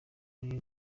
ari